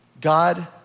God